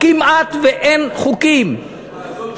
התכוונת: לוועדות.